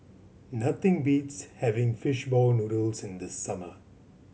nothing beats having fish ball noodles in the summer